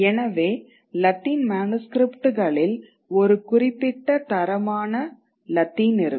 எனவே லத்தீன் மனுஸ்க்ரிப்ட்களில் ஒரு குறிப்பிட்ட தரமான லத்தீன் இருக்கும்